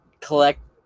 collect